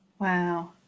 wow